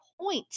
point